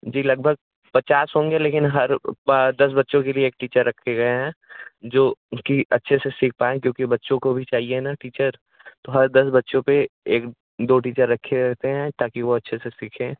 जी लगभग पचास होंगे लेकिन हर बार दस बच्चों के लिए एक टीचर रखे गए हैं जो कि अच्छे से सीख पाए क्योंकि बच्चों को भी चाहिए ना टीचर तो हर दस बच्चों पर एक दो टीचर रखे रहते हैं ताकि वह अच्छे से सीखें